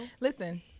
listen